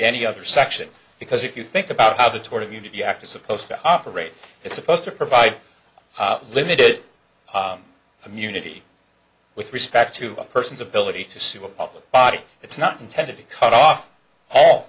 any other section because if you think about how the tort of unity act is supposed to operate it's supposed to provide limited immunity with respect to a person's ability to sue a public body it's not intended to cut off all